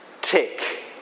Tick